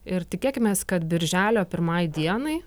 ir tikėkimės kad birželio pirmai dienai